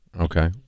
Okay